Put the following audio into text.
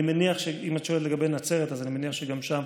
אם את שואלת לגבי נצרת, אז אני מניח שגם שם